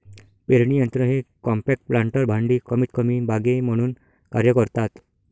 पेरणी यंत्र हे कॉम्पॅक्ट प्लांटर भांडी कमीतकमी बागे म्हणून कार्य करतात